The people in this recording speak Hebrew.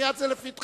מייד זה לפתחנו,